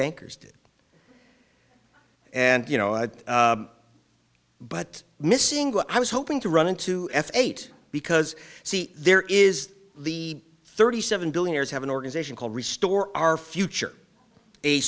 bankers did and you know but missing i was hoping to run into f eight because see there is the thirty seven billionaires have an organization called restore our future a